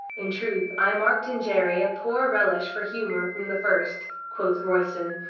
in truth, i marked in jerry a poor relish for humor from the first, quoth royston.